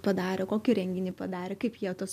padarė kokį renginį padarė kaip jie tuos